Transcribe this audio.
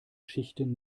schichten